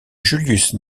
julius